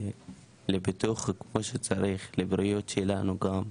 לביטוח כמו שצריך, לבריאות שלנו גם.